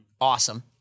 awesome